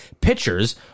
Pitchers